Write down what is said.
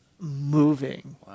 moving